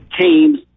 teams